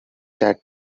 that